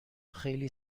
خیلی